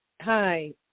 Hi